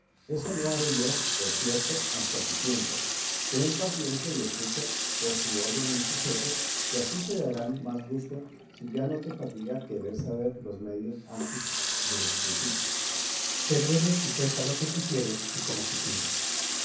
eso no haré yo por cierto hasta su tiempo ten paciencia y escucha por su orden mis sucesos que así te darán más gusto si ya no te fatiga querer saber los medios antes de los principios cipión sé breve y cuenta lo que quisieres y como quisieres